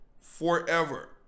forever